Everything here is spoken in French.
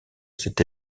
cet